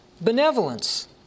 benevolence